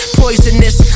poisonous